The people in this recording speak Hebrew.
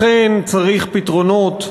אכן צריך פתרונות,